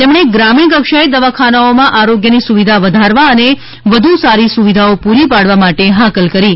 તેમણે ગ્રામીણ કક્ષાએ દવાખાનાઓમાં આરોગ્યની સુવિધા વધારવા અને વધુ સારી સુવિધાઓ પૂરી પાડવા માટે હાકલ કરી છે